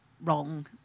wrong